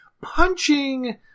punching